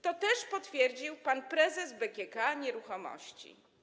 To też potwierdził pan prezes BGK Nieruchomości.